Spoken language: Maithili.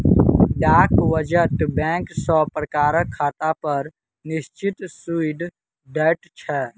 डाक वचत बैंक सब प्रकारक खातापर निश्चित सूइद दैत छै